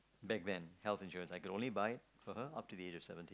back then health insurance I can only buy for her up till the age of seventy